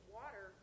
water